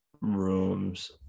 Rooms